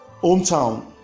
hometown